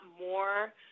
more